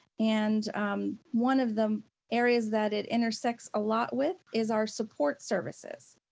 and one of the areas that it intersects a lot with is our support services.